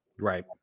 Right